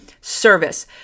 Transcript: service